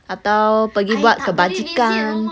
atau pergi buat kebajikan